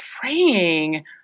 praying